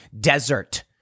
desert